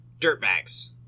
dirtbags